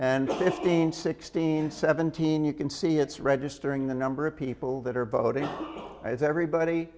fifteen sixteen seventeen you can see it's registering the number of people that are voting it's everybody